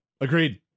agreed